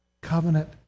Covenant